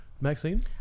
Maxine